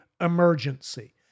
emergency